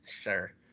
sure